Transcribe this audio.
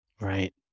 Right